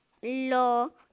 lo